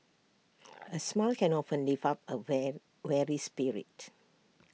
A smile can often lift up A wear weary spirit